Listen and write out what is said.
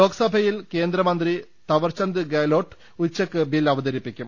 ലോക്സഭയിൽ കേന്ദ്രമന്ത്രി തവർചന്ദ് ഗെലോട്ട് ഉച്ചയ്ക്ക് ബിൽ അവ തരിപ്പിക്കും